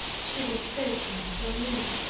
she was taken from me.